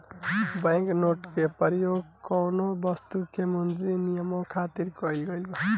bank note के परयोग कौनो बस्तु के मौद्रिक बिनिमय खातिर कईल गइल बा